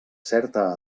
certa